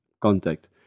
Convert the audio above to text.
contact